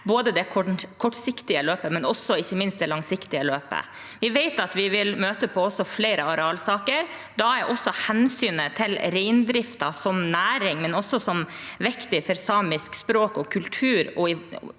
både i det kortsiktige løpet og ikke minst i det langsiktige løpet. Vi vet at vi vil møte på flere arealsaker. Da er hensynet til reindriften som næring, men også som viktig for samisk språk og kultur,